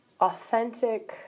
authentic